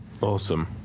Awesome